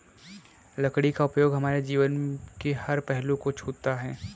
लकड़ी का उपयोग हमारे जीवन के हर पहलू को छूता है